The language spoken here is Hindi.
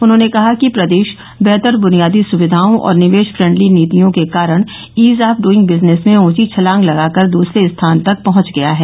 उन्होंने कहा कि प्रदेश बेहतर बुनियादी सुविघाओं और निवेश फ्रेंडली नीतियों के कारण इज ऑफ डूइंग बिजनेस में ऊंची छलांग लगाकर दूसरे स्थान तक पहंच गया है